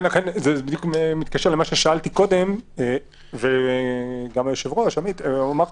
זה בדיוק מתקשר אל מה ששאלתי קודם וגם היושב-ראש אמר.